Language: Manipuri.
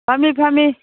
ꯐꯝꯃꯤ ꯐꯝꯃꯤ